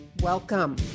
Welcome